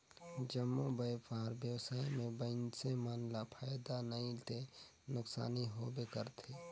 जम्मो बयपार बेवसाय में मइनसे मन ल फायदा नइ ते नुकसानी होबे करथे